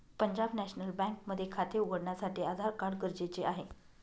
Punjab national bank मध्ये खाते उघडण्यासाठी आधार कार्ड गरजेचे आहे